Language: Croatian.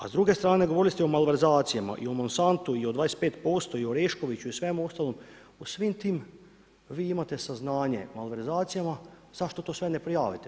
A s druge strane govorili ste o malverzacijama i o Monsantu i o 25% i o Oreškoviću i o svemu ostalom, o svim tim, vi imate saznanje o malverzacijama, zašto to sve ne prijavite?